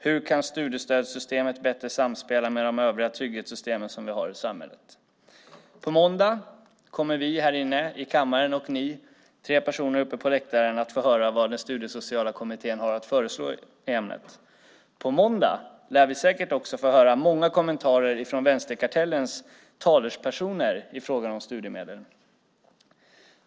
Hur kan studiestödssystemet bättre samspela med de övriga trygghetssystemen som vi har i samhället? På måndag kommer vi här i kammaren och ni tre personer uppe på läktaren att få höra vad den studiesociala kommittén har att föreslå i ämnet. På måndag lär vi säkert också få höra många kommentarer från vänsterkartellens talespersoner i fråga om studiemedlen.